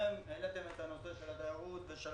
רובכם העליתם את הנושא של התיירות בשל